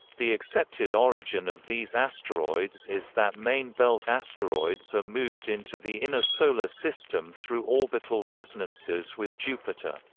the accepted origin of these asteroids is that main-belt asteroids are moved into the inner solar system through orbital resonances with jupiter.